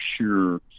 sure